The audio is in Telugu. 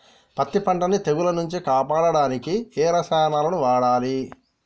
పత్తి పంటని తెగుల నుంచి కాపాడడానికి ఏ రసాయనాలను వాడాలి?